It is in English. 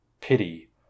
pity